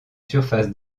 surface